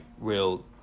real